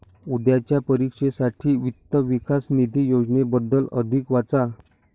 उद्याच्या परीक्षेसाठी वित्त विकास निधी योजनेबद्दल अधिक वाचा